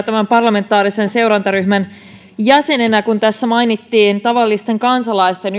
tämän parlamentaarisen seurantaryhmän jäsenenä kun tässä mainittiin tavallisten kansalaisten